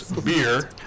beer